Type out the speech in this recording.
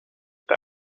that